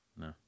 No